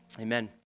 Amen